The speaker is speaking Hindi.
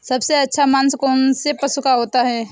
सबसे अच्छा मांस कौनसे पशु का होता है?